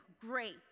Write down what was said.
great